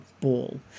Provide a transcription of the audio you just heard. ball